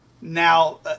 now